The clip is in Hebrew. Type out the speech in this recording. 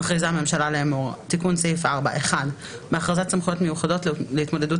מכריזה הממשלה לאמור: תיקון סעיף 4. בהכרזת סמכויות מיוחדות להתמודדות